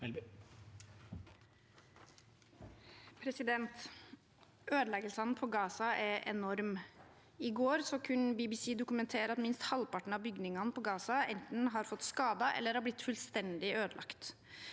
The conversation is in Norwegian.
Ødeleggelsene i Gaza er enorme. I går kunne BBC dokumentere at minst halvparten av bygningene i Gaza enten har fått skader eller har blitt fullstendig ødelagt.